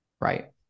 right